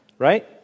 Right